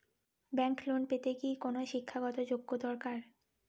Bank loan পেতে কি কোনো শিক্ষা গত যোগ্য দরকার?